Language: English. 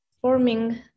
Forming